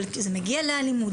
אבל זה מגיע לאלימות,